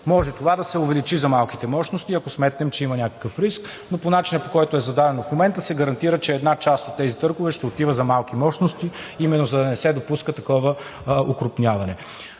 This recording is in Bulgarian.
Може това да се увеличи за малките мощности, ако сметнем, че има някакъв риск, но по начина, по който е зададено в момента, се гарантира, че една част от тези търгове ще отива за малките мощности, именно за да не се допуска такова окрупняване.